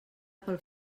pel